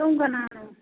ꯁꯣꯝ ꯀꯅꯥꯅꯣ